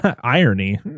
Irony